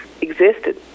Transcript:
existed